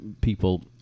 people